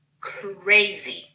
crazy